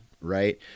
right